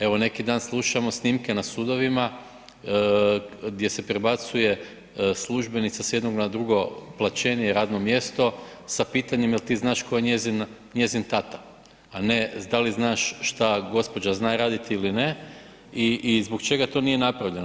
Evo neki dan slušamo snimke na sudovima gdje se prebacuje službenica s jednog na drugo plaćenije radno mjesto sa pitanjem jer ti znaš tko je njezin tata, a ne da li znaš šta gospođa zna raditi ili ne, i zbog čega to nije napravljeno.